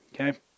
Okay